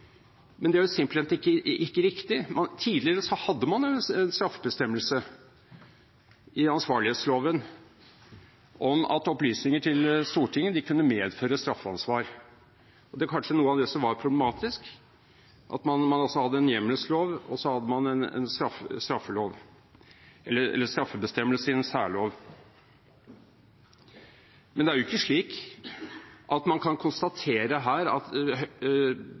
Men det er simpelthen ikke riktig. Tidligere hadde man en straffebestemmelse i ansvarlighetsloven om at opplysninger til Stortinget kunne medføre straffansvar. Det var kanskje noe av det som var problematisk, at man hadde en hjemmelslov og en straffebestemmelse i en særlov. Men det er ikke slik at man her høytidelig kan konstatere at man eventuelt har brutt Grunnloven § 82. Det står jo også i Frøiland-utvalgets innstilling at